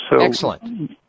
Excellent